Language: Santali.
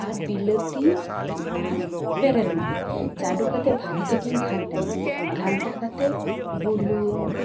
ᱟᱨ ᱵᱤᱞᱟᱹᱛᱤ ᱟᱨ ᱵᱮᱨᱮᱞ ᱢᱟᱹᱨᱤᱡᱽ ᱪᱟᱰᱳ ᱠᱟᱛᱮ ᱵᱷᱟᱜᱮ ᱴᱷᱤᱠ ᱤᱧ ᱜᱷᱟᱱᱴᱟᱭᱟ ᱜᱷᱟᱱᱴᱟ ᱠᱟᱛᱮ ᱵᱩᱞᱩᱝ